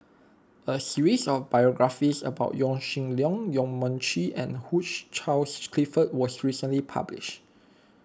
a series of biographies about Yaw Shin Leong Yong Mun Chee and Hugh Charles Clifford was recently published